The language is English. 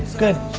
good.